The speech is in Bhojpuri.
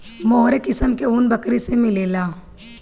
मोहेर किस्म के ऊन बकरी से मिलेला